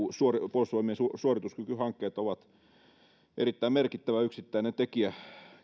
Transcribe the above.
puolustusvoimien suorituskykyhankkeet ovat erittäin merkittävä yksittäinen tekijä